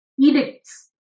edicts